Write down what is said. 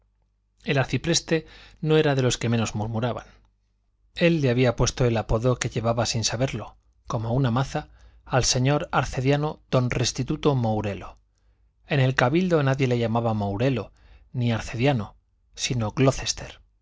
el arcipreste no era de los que menos murmuraban él le había puesto el apodo que llevaba sin saberlo como una maza al señor arcediano don restituto mourelo en el cabildo nadie le llamaba mourelo ni arcediano sino glocester